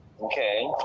Okay